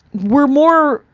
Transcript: we're more.